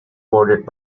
bordered